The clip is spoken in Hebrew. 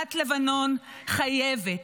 מדינת לבנון חייבת,